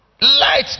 Light